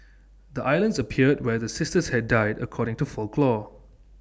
the islands appeared where the sisters had died according to folklore